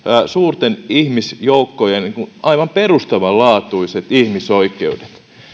suurten ihmisjoukkojen aivan perustavanlaatuiset ihmisoikeudet